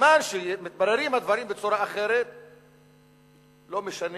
בזמן שמתבררים הדברים בצורה אחרת לא משנים